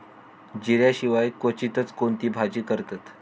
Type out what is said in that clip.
जिऱ्या शिवाय क्वचितच कोणती भाजी करतत